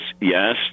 Yes